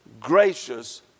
gracious